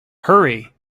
hurry